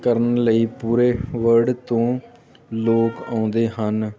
ਕਰਨ ਲਈ ਪੂਰੇ ਵਰਲਡ ਤੋਂ ਲੋਕ ਆਉਂਦੇ ਹਨ